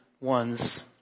ones